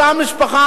אותה משפחה,